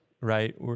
right